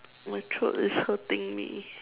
my throat is hurting me